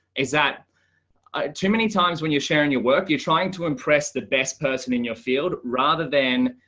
is that ah too many times when you're sharing your work, you're trying to impress the best person in your field rather than